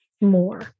more